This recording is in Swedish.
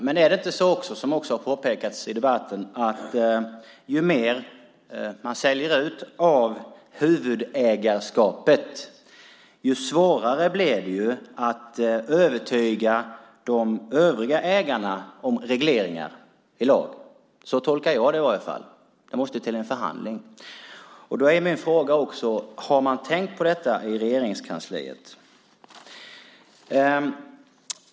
Men är det inte så, som har påpekats i debatten, att ju mer man säljer ut av huvudägarskapet, desto svårare blir det att övertyga de övriga ägarna om regleringar i lag? Så tolkar jag det i alla fall. Det måste till en förhandling. Då är min fråga: Har man tänkt på detta i Regeringskansliet?